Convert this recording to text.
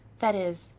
that is,